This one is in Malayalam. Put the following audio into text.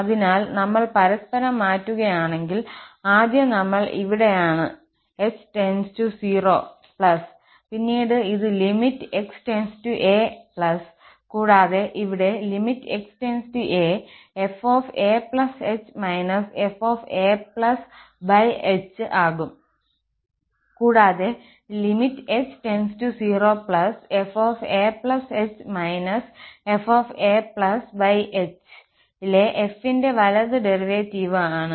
അതിനാൽ നമ്മൾ പരസ്പരം മാറ്റുകയാണെങ്കിൽ ആദ്യം നമ്മൾ ഇവിടെയാണ് h → 0 പിന്നീട് ഇത് limit x → a കൂടാതെ ഇവിടെ limit x → a fah fah ആകും കൂടാതെ h0fah fahea യിലെ f ന്റെ വലതു ഡെറിവേറ്റീവ് ആണ്